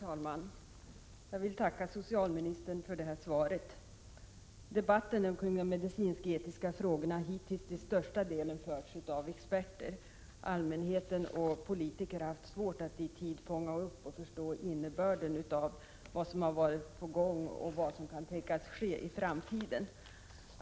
Herr talman! Jag tackar socialministern för svaret. Debatten kring de medicinsk-etiska frågorna har hittills till största delen förts av experter. Allmänheten och politiker har haft svårt att i tid fånga upp och förstå innebörden av vad som varit på gång och vad som kan tänkas ske i framtiden.